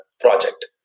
project